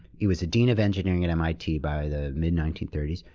he was a dean of engineering at mit by the mid nineteen thirty s,